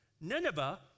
Nineveh